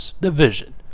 division